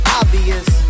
obvious